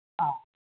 অঁ